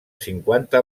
cinquanta